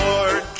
Lord